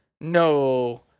No